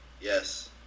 yes